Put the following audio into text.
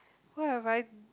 what have I